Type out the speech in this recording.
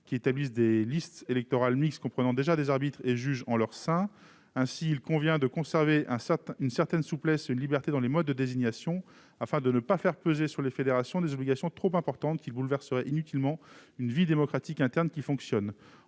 établissent des listes électorales mixtes comprenant déjà des arbitres et des juges en leur sein. Il convient de conserver une certaine souplesse dans les modes de désignation afin de ne pas faire peser sur les fédérations des obligations trop importantes, lesquelles bouleverseraient inutilement une vie démocratique interne qui fonctionne.